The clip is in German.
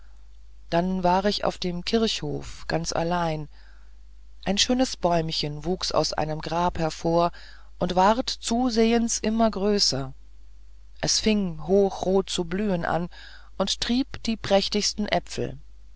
dann war ich auf dem kirchhof ganz allein ein schönes bäumchen wuchs aus einem grab hervor und ward zusehends immer größer es fing hochrot zu blühen an und trieb die prächtigsten äpfel